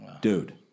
Dude